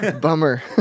Bummer